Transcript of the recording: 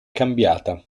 cambiata